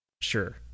sure